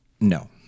No